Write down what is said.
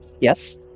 Yes